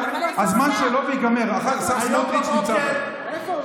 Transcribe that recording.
אדוני, מי השר התורן?